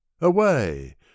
Away